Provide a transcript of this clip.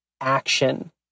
action